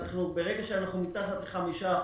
ברגע שאנחנו מתחת ל-5%,